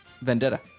Vendetta